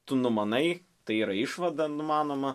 tu numanai tai yra išvada numanoma